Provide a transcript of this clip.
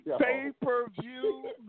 Pay-per-view